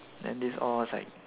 then this all was like